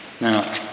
Now